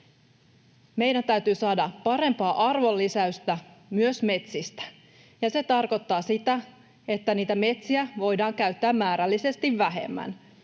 Meidän täytyy saada parempaa arvonlisäystä myös metsistä, ja se tarkoittaa sitä, että niitä metsiä voidaan käyttää määrällisesti vähemmän,